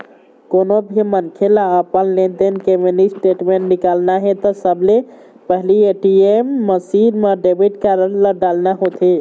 कोनो भी मनखे ल अपन लेनदेन के मिनी स्टेटमेंट निकालना हे त सबले पहिली ए.टी.एम मसीन म डेबिट कारड ल डालना होथे